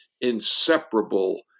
inseparable